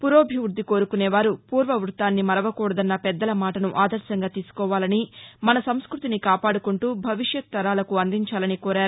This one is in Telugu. పురోభివృద్ది కోరుకొనేవారు పూర్వ వృత్తాన్ని మరవకూడదన్న పెద్దల మాటను ఆదర్భంగా తీసుకోవాలని మన సంస్భృతిని కాపాడుకుంటూ భవిష్యత్ తరాలకు అందించాలని కోరారు